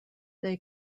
they